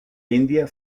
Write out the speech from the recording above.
india